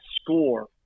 score